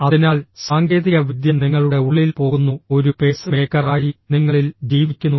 അതിനാൽ സാങ്കേതികവിദ്യ നിങ്ങളുടെ ഉള്ളിൽ പോകുന്നു ഒരു പേസ് മേക്കറായി നിങ്ങളിൽ ജീവിക്കുന്നു